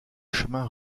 chemins